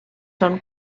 són